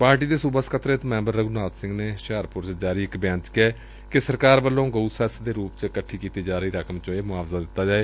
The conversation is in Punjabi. ਪਾਰਟੀ ਦੇ ਸੂਬਾ ਸਕਤਰੇਤ ਮੈਬਰ ਰਘੂਨਾਬ ਸਿੰਘ ਨੇ ਹੁਸ਼ਿਆਰਪੁਰ ਚ ਜਾਰੀ ਇਕ ਬਿਆਨ ਚ ਕਿਹੈ ਕਿ ਸਰਕਾਰ ਵੱਲੋਂ ਗਉਸੈਂਸ ਦੇ ਰੁਪ ਚ ਇਕੱਠੀ ਕੀਤੀ ਜਾ ਰਹੀ ਰਕਮ ਚੋਂ ਇਹ ਮੁਆਵਜ਼ਾ ਦਿੱਤਾ ਜਾਏ